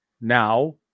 now